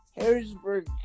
Harrisburg